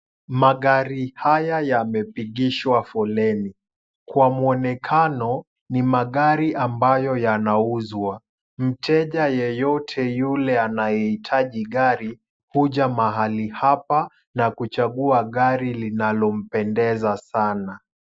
Magari haya yamepigishwa foleni. Kwa mwonekano, ni magari ambayo yanauzwa. Mteja yeyote yule anayehitaji gari huja mahali hapa na kuchagua gari linalo mpendeza sana.